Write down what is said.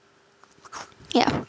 yeah